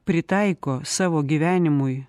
pritaiko savo gyvenimui